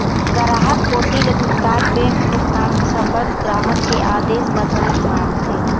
गराहक कोती ले भुगतान बेंक भुगतान संबंध ग्राहक के आदेस ल घलोक मानथे